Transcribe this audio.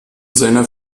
seiner